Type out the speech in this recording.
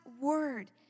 word